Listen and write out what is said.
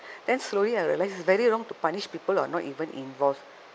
then slowly I realize it's very wrong to punish people who are not even involved